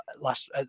last